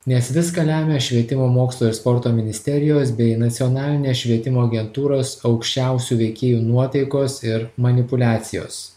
nes viską lemia švietimo mokslo ir sporto ministerijos bei nacionalinės švietimo agentūros aukščiausių veikėjų nuotaikos ir manipuliacijos